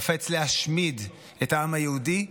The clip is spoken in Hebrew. חפץ להשמיד את העם היהודי,